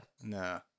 no